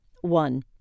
One